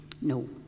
No